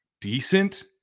decent